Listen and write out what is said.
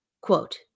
quote